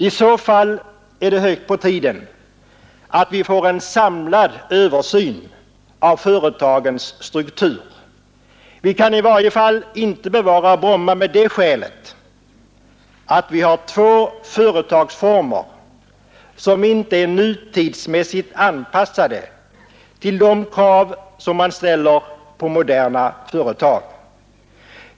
I så fall är det på tiden att vi får en samlad översyn av företagens struktur. Vi kan i varje fall inte bevara Bromma av det skälet att vi har två företagsformer, som inte är nutidsmässigt anpassade till de krav som man ställer på moderna företag.